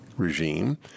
regime